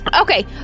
okay